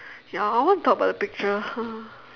ya I want to talk about the picture